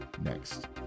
next